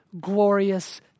glorious